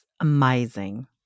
Amazing